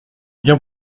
bien